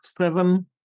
seven